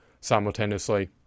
simultaneously